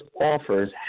offers